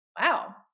wow